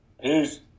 Peace